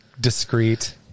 discreet